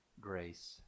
grace